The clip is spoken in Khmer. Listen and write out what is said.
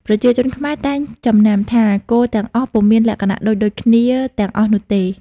ប្រជាជនខ្មែរតែងចំណាំថា គោទាំងអស់ពុំមានលក្ខណៈដូចៗ គ្នាទាំងអស់នោះទេ។